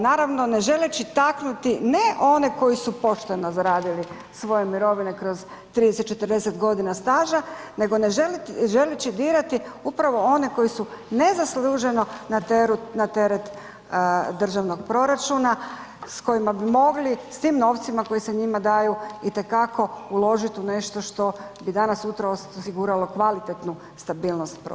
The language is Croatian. Naravno ne želeći taknuti ne one koji su pošteno zaradili svoje mirovine kroz 30, 40 godina staža, nego ne želeći dirati upravo one koji su nezasluženo na teret državnog proračuna s kojima bi mogli, s tim novcima koji se njima daju i te kako uložiti u nešto što bi danas, sutra osiguralo kvalitetnu stabilnost proračuna.